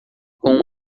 com